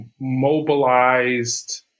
mobilized